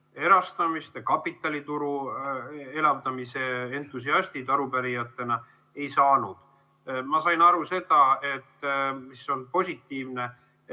erastamise ja kapitalituru elavdamise entusiastid arupärijatena, ei saanud. Ma sain aru seda – see on positiivne